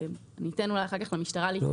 ניתן אולי אחר כך למשטרה להתייחס.